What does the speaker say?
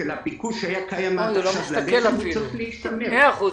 כדי שהעובדים לא יצאו כי